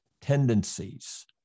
tendencies